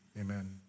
amen